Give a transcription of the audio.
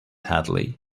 hadley